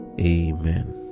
Amen